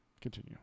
Continue